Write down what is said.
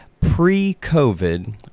Pre-COVID